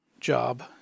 job